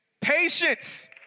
patience